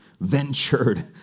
ventured